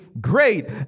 great